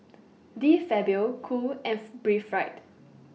De Fabio Cool F Breathe Right